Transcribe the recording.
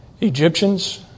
Egyptians